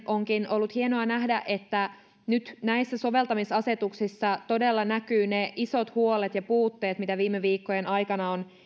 onkin ollut hienoa nähdä että nyt näissä soveltamisasetuksissa todella näkyvät ne isot huolet ja puutteet mitä viime viikkojen aikana on